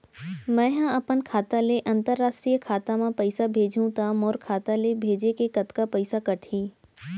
मै ह अपन खाता ले, अंतरराष्ट्रीय खाता मा पइसा भेजहु त मोर खाता ले, भेजे के कतका पइसा कटही?